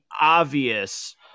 obvious